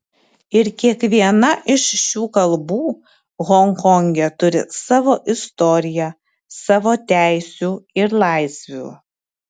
ir kiekviena iš šių kalbų honkonge turi savo istoriją savo teisių ir laisvių